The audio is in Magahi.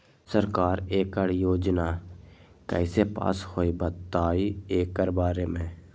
सरकार एकड़ योजना कईसे पास होई बताई एकर बारे मे?